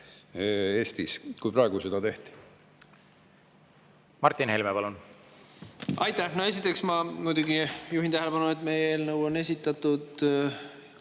kui seda praegu tehti. Martin Helme, palun! Aitäh! Esiteks ma muidugi juhin tähelepanu, et meie eelnõu on esitatud